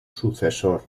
sucesor